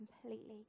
completely